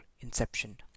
Inception